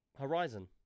Horizon